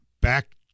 back